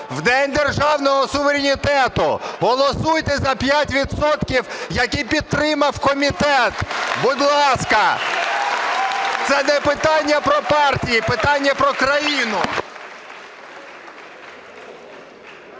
в День державного суверенітету. Голосуйте за 5 відсотків, які підтримав комітет, будь ласка. Це не питання про партії – питання про країну.